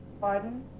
Pardon